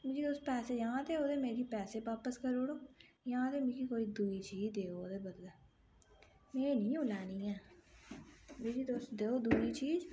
मिगी तुस पैसे जां ते ओह्दे मिगी पैसे बापस करी ओड़ो जां ते मिगी कोई दूई चीज़ देओ ओह्दे बदलै में नियो लैनी ऐ मिगी तुस देओ दूई चीज़